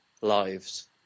lives